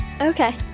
Okay